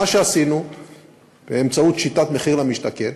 מה שעשינו באמצעות שיטת מחיר למשתכן,